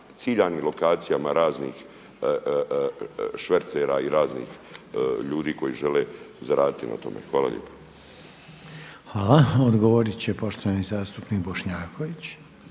ciljanim lokacijama raznih švercera i raznih ljudi koji žele zaraditi na tome. Hvala lijepo. **Reiner, Željko (HDZ)** Hvala. Odgovorit će poštovani zastupnik Bošnjaković.